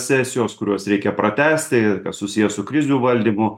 sesijos kuriuos reikia pratęsti ir kas susiję su krizių valdymo